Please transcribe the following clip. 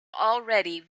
already